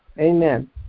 Amen